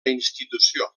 institució